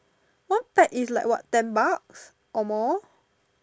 one pack is like what ten bucks or more